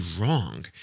wrong